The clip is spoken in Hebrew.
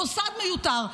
מוסד מיותר.